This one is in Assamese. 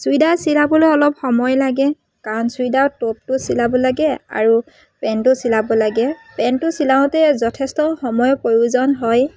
চুইডাৰ চিলাবলৈ অলপ সময় লাগে কাৰণ চুইদাৰ টপটো চিলাব লাগে আৰু পেণ্টটো চিলাব লাগে পেণ্টটো চিলাওঁতে যথেষ্ট সময়ৰ প্ৰয়োজন হয়